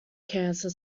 cancer